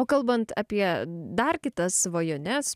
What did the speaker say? o kalbant apie dar kitas svajones